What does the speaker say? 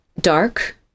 dark